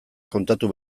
kontatu